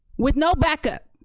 with no backup.